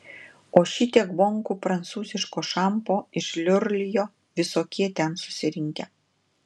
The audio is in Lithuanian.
o šitiek bonkų prancūziško šampo išliurlijo visokie ten susirinkę